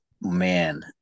man